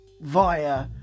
via